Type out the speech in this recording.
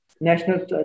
national